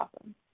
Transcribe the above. Awesome